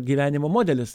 gyvenimo modelis